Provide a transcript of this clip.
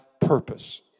purpose